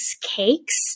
cakes